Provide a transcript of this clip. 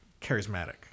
charismatic